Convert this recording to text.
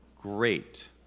great